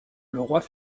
roi